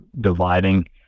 dividing